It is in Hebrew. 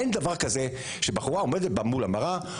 אין דבר כזה שבחורה עומדת מול המראה,